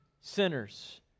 sinners